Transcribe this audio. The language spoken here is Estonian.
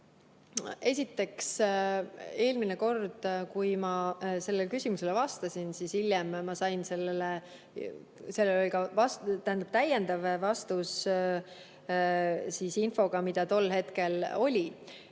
Esiteks, eelmine kord, kui ma sellele küsimusele vastasin, siis oli ka täiendav vastus infoga, mis tol hetkel oli.